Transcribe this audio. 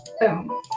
Boom